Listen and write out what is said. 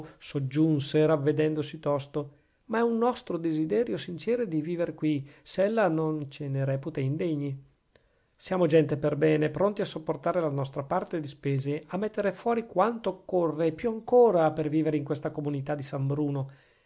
soggiunse ravvedendosi tosto ma è un nostro desiderio sincero di viver qui se ella non ce ne reputa indegni siamo gente per bene pronti a sopportare la nostra parte di spese a metter fuori quanto occorre e più ancora per vivere in questa comunità di san bruno